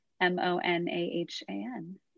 M-O-N-A-H-A-N